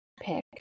pick